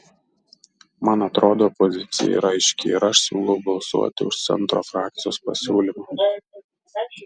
man atrodo pozicija yra aiški ir aš siūlau balsuoti už centro frakcijos pasiūlymą